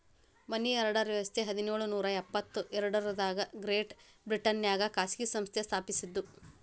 ಮನಿ order ವ್ಯವಸ್ಥ ಹದಿನೇಳು ನೂರ ಎಪ್ಪತ್ ಎರಡರಾಗ ಗ್ರೇಟ್ ಬ್ರಿಟನ್ನ್ಯಾಗ ಖಾಸಗಿ ಸಂಸ್ಥೆ ಸ್ಥಾಪಸಿದ್ದು